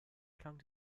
klang